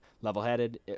level-headed